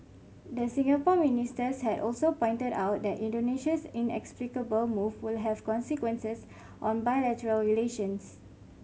the Singapore ministers had also pointed out that Indonesia's inexplicable move will have consequences on bilateral relations